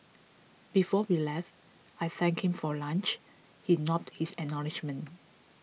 before we left I thanked him for lunch he nodded his acknowledgement